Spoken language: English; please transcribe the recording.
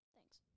Thanks